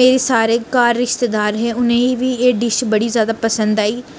मेरी सारे घर रिश्तेदार हे उ'नें गी बी एह् डिश बड़ी ज्यादा पसंद आई